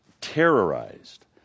terrorized